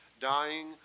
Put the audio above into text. dying